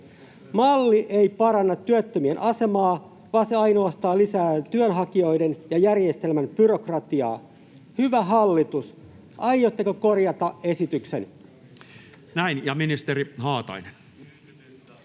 Malli ei paranna työttömien asemaa, vaan se ainoastaan lisää työnhakijoiden ja järjestelmän byrokratiaa. Hyvä hallitus, aiotteko korjata esityksen? Näin. — Ja ministeri Haatainen.